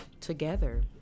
together